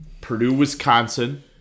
Purdue-Wisconsin